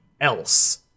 else